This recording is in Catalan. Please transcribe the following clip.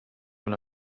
una